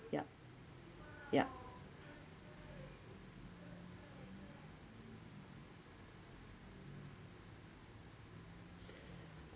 yup yup